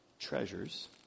treasures